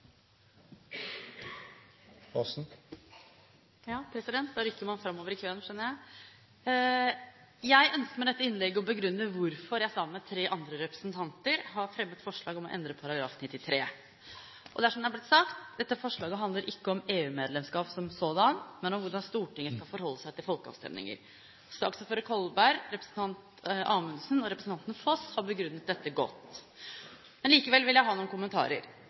Marianne Aasen. Da rykker man framover i køen, skjønner jeg. Jeg ønsker med dette innlegget å begrunne hvorfor jeg, sammen med tre andre representanter, har fremmet forslag om å endre § 93. Det er som det er blitt sagt: Dette forslaget handler ikke om EU-medlemskap som sådant, men hvordan Stortinget skal forholde seg til folkeavstemninger. Saksordfører Kolberg og representantene Anundsen og Foss har begrunnet dette godt. Men likevel vil jeg ha noen kommentarer.